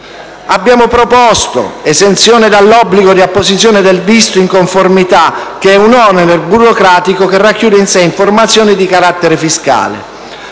Abbiamo proposto l'esenzione dall'obbligo di apposizione del visto di conformità, che è un onere burocratico che racchiude in sé informazioni di carattere fiscale.